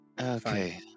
okay